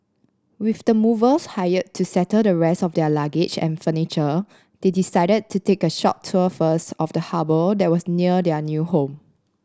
with the movers hired to settle the rest of their luggage and furniture they decided to take a short tour first of the harbour that was near their new home